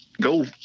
go